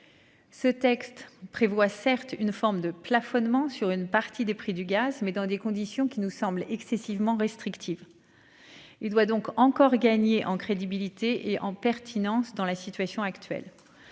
Ce texte prévoit certes une forme de plafonnement sur une partie des prix du gaz mais dans des conditions qui nous semble excessivement restrictives. Il doit donc encore gagner en crédibilité et en pertinence dans la situation actuelle.